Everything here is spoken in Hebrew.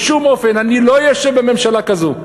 בשום אופן, אני לא אשב בממשלה כזו.